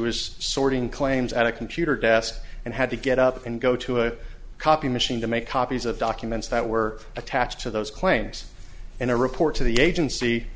was sorting claims at a computer desk and had to get up and go to a copy machine to make copies of documents that were attached to those claims in a report to the agency